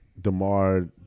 DeMar